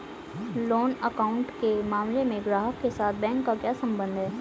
Loan account के मामले में ग्राहक के साथ बैंक का क्या संबंध है?